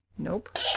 Nope